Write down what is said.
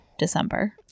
december